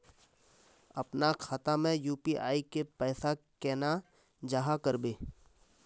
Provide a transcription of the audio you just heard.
अपना खाता में यू.पी.आई के पैसा केना जाहा करबे?